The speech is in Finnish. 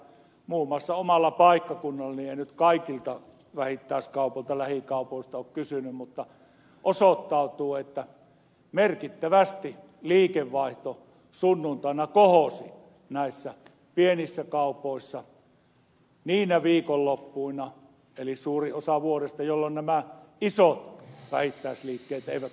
muun muassa omalla paikkakunnallani en nyt kaikilta vähittäiskaupoilta lähikauppiailta ole kysynyt osoittautui että liikevaihto kohosi merkittävästi sunnuntaisin näissä pienissä kaupoissa niinä viikonloppuina eli suurimman osan vuodesta jolloin nämä isot vähittäisliikkeet eivät olleet auki